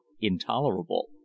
intolerable